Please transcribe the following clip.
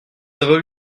avons